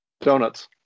Donuts